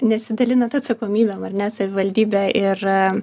nesidalinant atsakomybėm ar ne savivaldybė ir